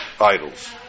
idols